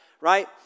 right